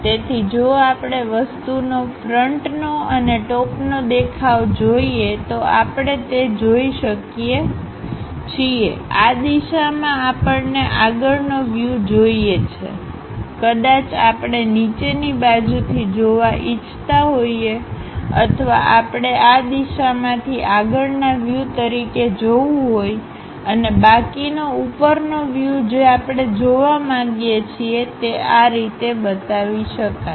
તેથી જો આપણે વસ્તુનો ફ્રન્ટનો અને ટોપનો દેખાવ જોઈએ તો આપણે તે જોઈ શકીએ છીએ આ દિશામાં આપણને આગળનો વ્યુજોઇએ છીએ કદાચ આપણેનીચેની બાજુથી જોવા ઈચ્છતા હોઇએ અથવા આપણે આ દિશામાંથી આગળના વયુ તરીકે જોવું હોય અને બાકીનો ઉપરનો વ્યુજે આપણે જોવા માંગીએ છીએ તે આ રીતે બતાવી શકાય